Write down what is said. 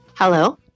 Hello